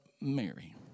Mary